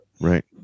right